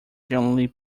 generally